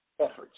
efforts